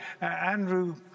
Andrew